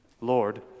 Lord